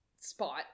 spot